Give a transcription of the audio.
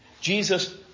Jesus